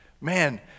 Man